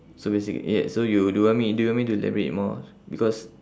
so basic~ yeah so you do you want me do you want me to elaborate more because